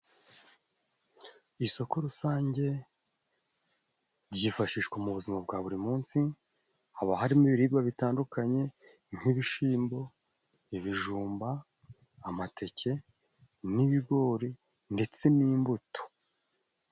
Isoko rusange ryifashishwa mu buzima bwa buri munsi haba harimo ibiribwa bitandukanye nk'ibishimbo ibijumba, amateke n'ibigori ndetse n'imbuto.